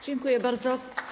Dziękuję bardzo.